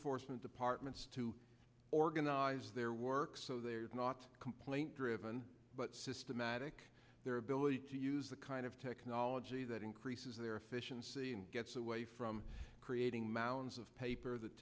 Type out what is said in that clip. enforcement departments to organize their work so they're not complaint driven but systematic their ability to use the kind of technology that increases their efficiency and gets away from creating mounds of paper that